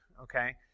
okay